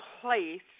place